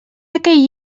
aquell